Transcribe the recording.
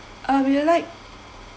uh we'll like